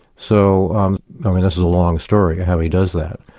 so this is a long story, how he does that,